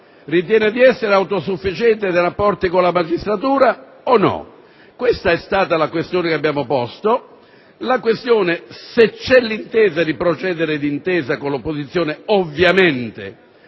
Ritiene di essere autosufficiente nei rapporti con la magistratura oppure no? Questa è la questione che abbiamo posto. Vogliamo sapere se c'è volontà di procedere d'intesa con l'opposizione. Ovviamente,